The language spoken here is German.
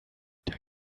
der